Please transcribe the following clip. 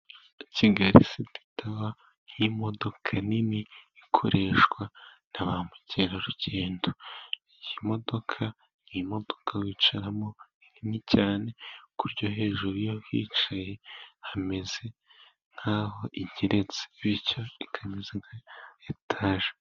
Kigali siti tawa ni imodoka nini ikoreshwa na ba mukerarugendo. Iyi modoka ni imodoka wicaramo nini cyane, ku buryo hejuru y'abicaye, hameze nk'aho igeretse bityo ikaba imeze nka etaje.